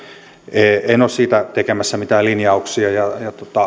en ole siitä tekemässä mitään linjauksia